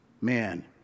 man